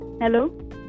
Hello